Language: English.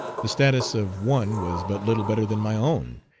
the status of one was but little better than my own,